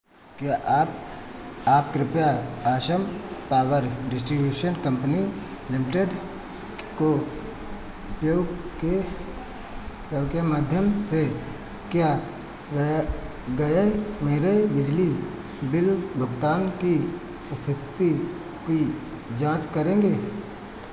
क्या आप आप कृपया Assam power distribution company limited को उपयोग के क्योंकि मध्यम से क्या गया गए मेरे बिजली बिल भुगतान की स्थिति की जाँच करेंगे